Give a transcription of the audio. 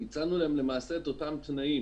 למעשה, הצענו להם את אותם תנאים.